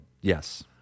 Yes